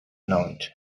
night